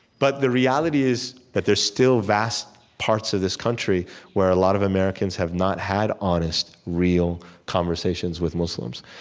but the reality is that there's still vast parts of the this country where a lot of americans have not had honest, real conversations with muslims.